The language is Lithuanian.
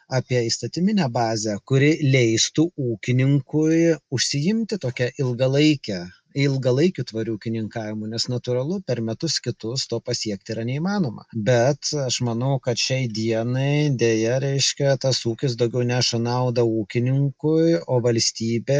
apie įstatyminę bazę kuri leistų ūkininkui užsiimti tokia ilgalaike ilgalaikiu tvariu ūkininkavimu nes natūralu per metus kitus to pasiekti yra neįmanoma bet aš manau kad šiai dienai deja reiškia tas ūkis daugiau neša naudą ūkininkui o valstybė